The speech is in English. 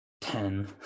ten